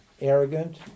arrogant